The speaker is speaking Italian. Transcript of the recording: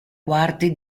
quarti